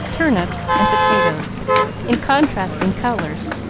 turnips, and potatoes in contrasting colors,